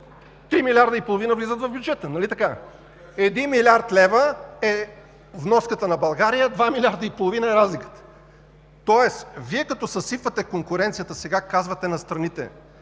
милиарда и половина влизат в бюджета, нали така? Един милиард лева е вноската на България – два милиарда и половина е разликата! Тоест Вие, като съсипвате конкуренцията сега, казвате на страните